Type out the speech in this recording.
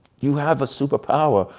you have a super power.